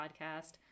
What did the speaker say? podcast